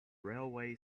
railway